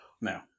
No